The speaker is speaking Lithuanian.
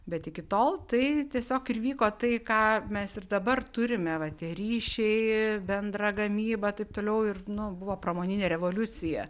bet iki tol tai tiesiog ir vyko tai ką mes ir dabar turime va tie ryšiai bendra gamyba taip toliau ir nu buvo pramoninė revoliucija